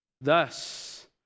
Thus